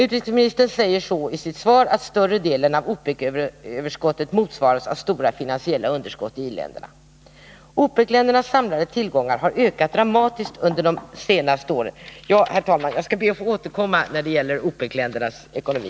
Utrikesministern säger så i sitt svar att större delen av OPEC-överskottet motsvaras av stora finansiella underskott i i-länderna. OPEC-ländernas samlade tillgångar har ökat dramatiskt under de senaste åren, men eftersom min taletid är ute ber jag, herr talman, att få återkomma senare när det gäller OPEC-ländernas ekonomi.